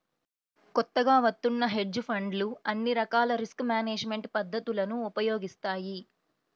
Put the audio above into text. కొత్తగా వత్తున్న హెడ్జ్ ఫండ్లు అన్ని రకాల రిస్క్ మేనేజ్మెంట్ పద్ధతులను ఉపయోగిస్తాయి